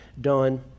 done